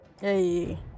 Hey